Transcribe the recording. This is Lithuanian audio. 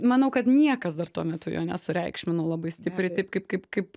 manau kad niekas dar tuo metu jo nesureikšmino labai stipriai taip kaip kaip kaip